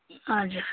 हजुर